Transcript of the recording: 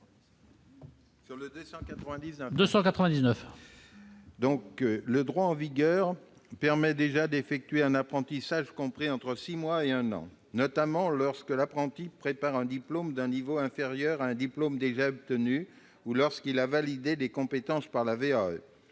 de la commission ? Le droit en vigueur permet déjà d'effectuer un apprentissage compris entre six mois et un an, notamment lorsque l'apprenti prépare un diplôme d'un niveau inférieur à un diplôme déjà obtenu ou lorsqu'il a validé des compétences par la VAE,